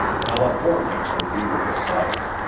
california would be with the south.